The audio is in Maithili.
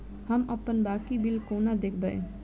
हम अप्पन बाकी बिल कोना देखबै?